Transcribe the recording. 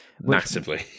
Massively